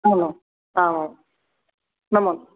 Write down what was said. आमाम् आमां नमो न्